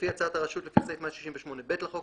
לפי הצעת הרשות לפי סעיף 168(ב) לחוק,